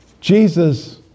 Jesus